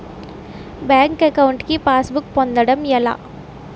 Bank account కి passbook పొందడం ఎలా?